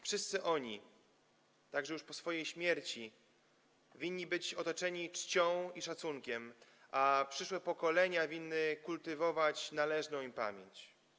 Wszyscy oni, także już po swojej śmierci, winni być otoczeni czcią i szacunkiem, a przyszłe pokolenia winny kultywować należną im pamięć.